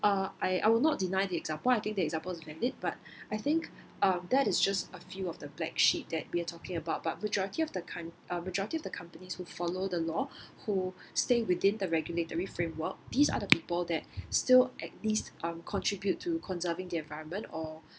uh I I will not deny the example I think the example is valid but I think uh that is just a few of the black sheep that we're talking about but majority of the com~ majority of the companies who follow the law who stay within the regulatory framework these are the people that still at least um contribute to conserving the environment or